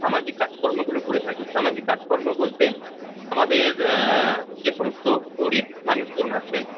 সামাজিক কাজকর্মগুলো করে থাকি সামাজিক কাজকর্ম বলতে আমাদের যে সমস্ত গরিব মানুষজন আছেন